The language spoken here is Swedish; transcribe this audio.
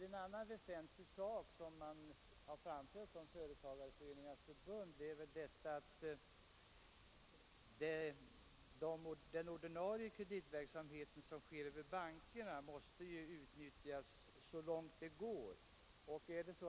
En annan väsentlig sak som har framförts från Företagareföreningarnas förbund är att den ordinarie kreditverksamheten över bankerna måste utnyttjas så långt det är möjligt.